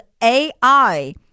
AI